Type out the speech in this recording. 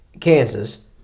Kansas